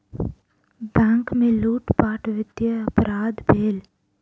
bank में लूटपाट वित्तीय अपराध भेल